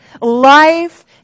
life